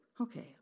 Okay